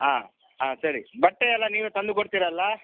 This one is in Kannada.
ಆ ಆ ಸರಿ ಬಟ್ಟೆ ಎಲ್ಲ ನೀವೇ ತಂದು ಕೊಡ್ತಿರಲ್ಲಾ